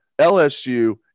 LSU